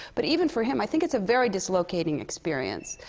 but even for him, i think it's a very dislocating experience.